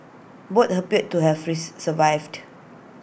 both appeared to have re survived